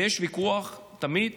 ויש ויכוח תמיד